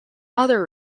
other